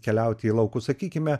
keliauti į laukus sakykime